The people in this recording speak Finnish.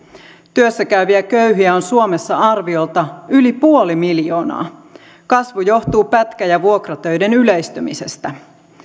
työssä käyviä köyhiä on suomessa arviolta yli puoli miljoonaa kasvu johtuu pätkä ja vuokratöiden yleistymisestä